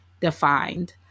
defined